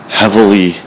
heavily